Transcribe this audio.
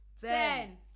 Ten